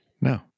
no